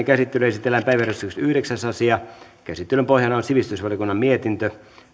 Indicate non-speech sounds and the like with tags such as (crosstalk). (unintelligible) käsittelyyn esitellään päiväjärjestyksen yhdeksäs asia käsittelyn pohjana on sivistysvaliokunnan mietintö